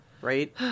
right